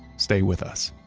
stay with us